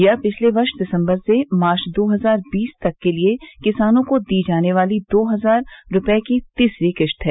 यह पिछले वर्ष दिसंबर से मार्व दो हजार बीस तक के लिए किसानों को दी जाने वाली दो हजार रुपयेकी तीसरी किस्त है